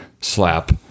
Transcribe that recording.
slap